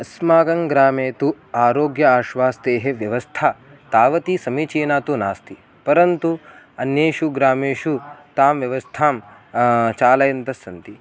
अस्माकं ग्रामे तु आरोग्य आश्वास्तेः व्यवस्था तावती समीचीना तु नास्ति परन्तु अन्येषु ग्रामेषु तां व्यवस्थां चालयन्तस्सन्ति